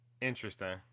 Interesting